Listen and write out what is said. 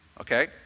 Okay